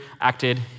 acted